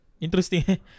interesting